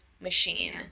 machine